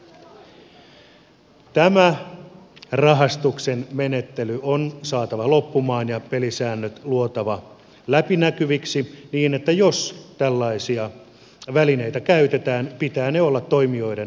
tämä rahastuksen menettely on saatava loppumaan ja pelisäännöt on luotava läpinäkyviksi niin että jos tällaisia välineitä käytetään pitää niiden olla toimijoiden kaikenpuolisessa tiedossa